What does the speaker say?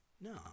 No